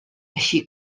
així